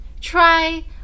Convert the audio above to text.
Try